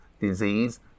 disease